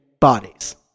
bodies